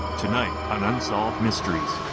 tonight on unsolved mysteries